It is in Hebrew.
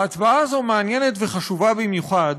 וההצבעה הזאת מעניינת וחשובה במיוחד